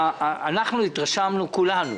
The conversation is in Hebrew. התרשמנו כולנו